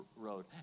road